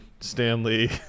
Stanley